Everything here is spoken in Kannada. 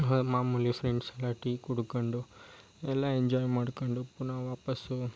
ಮಾ ಮಾಮೂಲಿ ಫ್ರೆಂಡ್ಸೆಲ್ಲ ಟೀ ಕುಡ್ಕೊಂಡು ಎಲ್ಲ ಎಂಜಾಯ್ ಮಾಡ್ಕೊಂಡು ಪುನಃ ವಾಪಸ್ಸು